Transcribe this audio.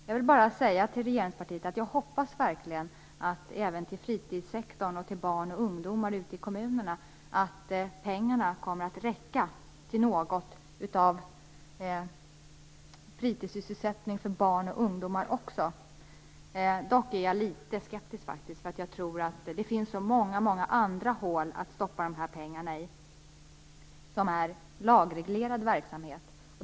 Jag vill bara säga till regeringspartiet, till fritidssektorn och till barn och ungdomar ute i kommunerna att jag verkligen hoppas att pengarna kommer att räcka även till fritidssysselsättning för barn och ungdomar. Jag är dock litet skeptisk. Jag tror att det finns så många andra hål att stoppa pengarna i - lagreglerad verksamhet.